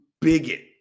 bigot